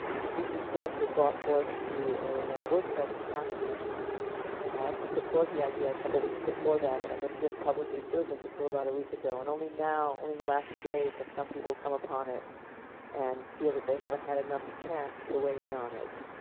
this was discussed or brought forth to a work session last week and i actually put forth the idea a couple weeks before that but i guess it didn't publicly surface until about a week ago and only now in the last few days have some people come upon it and feel that they haven't had enough chance to weigh in on it.